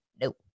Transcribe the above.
Nope